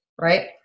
Right